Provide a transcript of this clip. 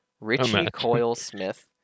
Richie-Coyle-Smith